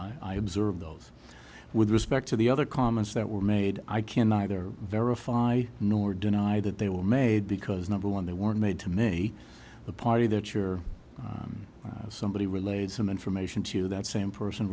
observe those with respect to the other comments that were made i can either verify nor deny that they were made because number one they weren't made to me the party that you're somebody relayed some information to that same person